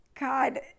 God